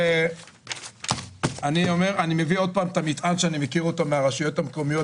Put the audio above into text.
אני מביא את המטען מהרשויות המקומיות,